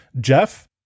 Jeff